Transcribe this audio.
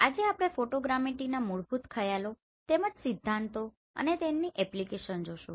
આજે આપણે ફોટોગ્રામેટ્રીના મૂળભૂત ખ્યાલો તેમજ સિદ્ધાંતો અને તેમની એપ્લિકેશન જોશું